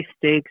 stakes